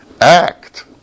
act